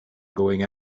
going